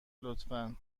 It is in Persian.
لطفا